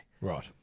Right